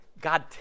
God